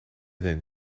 than